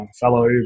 fellow